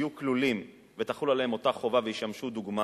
יהיו כלולים ותחול עליהם אותה חובה והם ישמשו דוגמה